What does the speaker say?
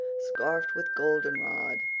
scarfed with golden rod,